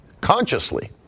consciously